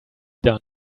done